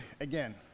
again